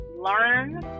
learn